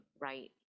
right